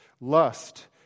Lust